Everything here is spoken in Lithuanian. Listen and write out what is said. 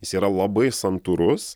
jis yra labai santūrus